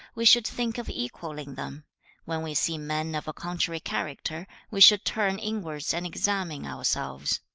we should think of equalling them when we see men of a contrary character, we should turn inwards and examine ourselves